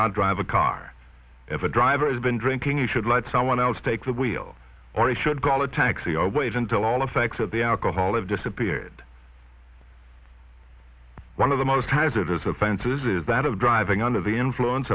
not drive a car have a driver has been drinking you should let someone else take the wheel or i should call a taxi or wait until all the facts of the alcohol have disappeared one of the most hazardous offenses is that of driving under the influence